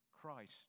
Christ